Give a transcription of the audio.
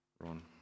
Ron